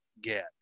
get